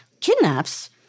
kidnaps